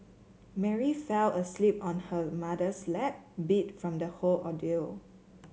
Mary fell asleep on her mother's lap beat from the whole ordeal